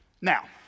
Now